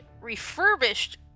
refurbished